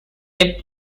tip